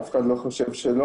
אף אחד לא חושב שלא.